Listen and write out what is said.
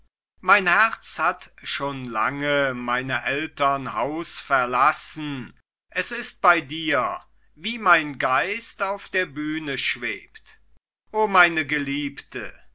mein herz hat schon lange meiner eltern haus verlassen es ist bei dir wie mein geist auf der bühne schwebt o meine geliebte